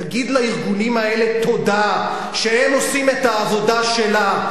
תגיד לארגונים האלה תודה שהם עושים את העבודה שלה,